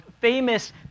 famous